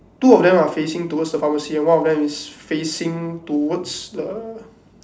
two of them are facing towards the pharmacy and one of them is facing towards the